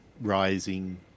rising